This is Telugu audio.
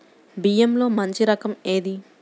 బియ్యంలో మంచి రకం ఏది?